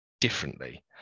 differently